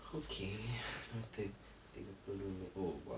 okay noted tiga puluh minit oh !wow!